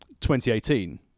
2018